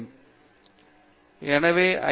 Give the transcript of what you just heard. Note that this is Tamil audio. பேராசிரியர் பிரதாப் ஹரிதாஸ் வளர்ந்து வரும் பகுதிகள்